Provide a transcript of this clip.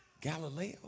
Galileo